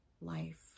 life